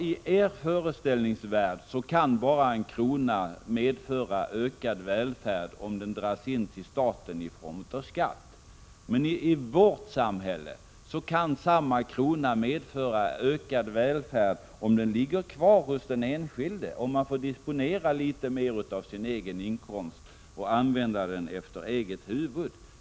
I er föreställningvärld kan en krona medföra ökad välfärd bara om den dras in till staten i form av skatt. Men i vårt samhälle kan samma krona medföra välfärd, om den ligger kvar hos den enskilde, så att han får disponera litet mer av sin egen inkomst att använda efter eget huvud.